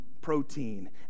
protein